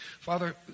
father